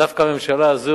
דווקא הממשלה הזאת,